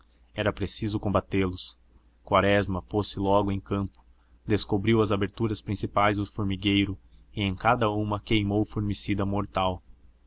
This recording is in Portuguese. era preciso combatê los quaresma pôs-se logo em campo descobriu as aberturas principais do formigueiro e em cada uma queimou o formicida mortal